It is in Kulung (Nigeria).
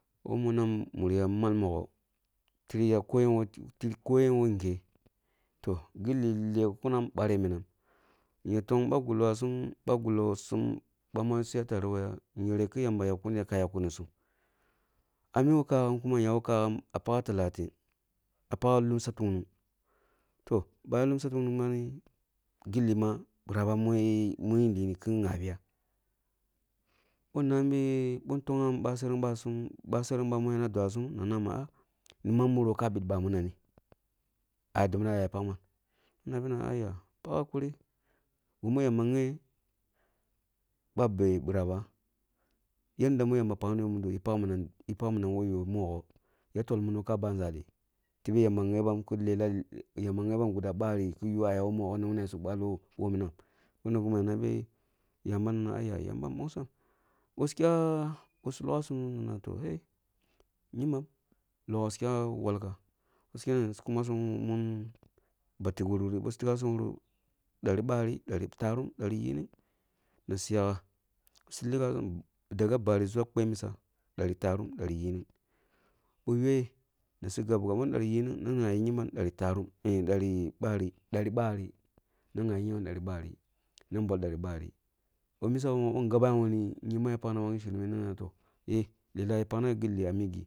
Who munam murya malmogho tikya koyen ko tikya koyen ko nghe toh, gilli lep kunam bareninam yatok ba gullah sum ba gulloh sum bama su ya tare ko ya yere ko yamba yakkuniya ka yakkunisum. Ah muwo kaghan kuma iya who kagham ah pakha talatin, ah pakha lumsa tungnung toh, ba lumsa tungnung bani ma gilli biraba min li kin ghabiya bon nambi, bon toghon basereng basum basereng bama yam dwasum na na ma ah ah. Ni man muroh ka bi minaret? Ah ya dobna ah ya pak man? Nan nabiya nana aiya, pak hakuri, gmi yamba gheh ba beh biraba. Yadda ba mi yamba pakni yoh eh pak minam eh pak minam eh pak minam ko yoh mogho da tol munoh ka bah nzali? Tebe yamba nghebam ki lelah, yamba nghebam guda bari ka ya who mogho ku wuno suk baloh who minam? Mini ni gimi ya nabi yamba nana aiya yamba nbongsam. Gaskiya busu logha sum na toh leh! Kyembam logho kusuna kya walka nasu logho nasu kene basum kuma ba tik wuruni dari bari, dari tarum dari yining nasu yaga daga bari zuwa kpeh misa dari tarum dari yining boh yoh, nasu gab bughan bini dani yining na ghabi dari tarum lam dari bari dani bari nana bol dani bari, bi misa bami wuni kyembam ya paknabam sherneh nana toh, heh lelah ya pakna gilli ah migi.